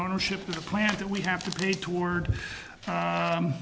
ownership of the plant that we have today toward